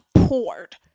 poured